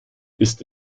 ist